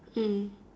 mm